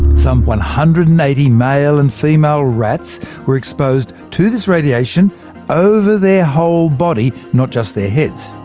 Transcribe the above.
some one hundred and eighty male and female rats were exposed to this radiation over their whole body, not just their heads.